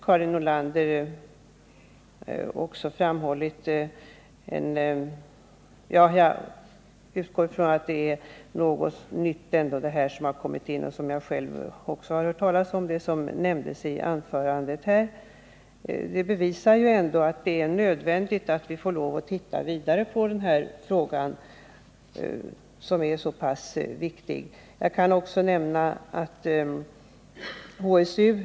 Karin Nordlander nämnde också att det har kommit fram någonting nytt. Ja, jag har också hört talas om det. Detta bevisar, tycker jag, att det är nödvändigt att titta vidare på denna fråga som är så viktig.